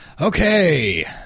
Okay